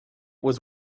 was